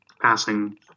passing